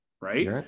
right